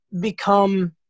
become